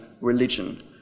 religion